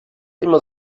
immer